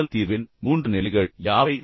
மோதல் தீர்வின் மூன்று நிலைகள் யாவை